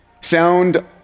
Sound